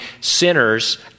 sinners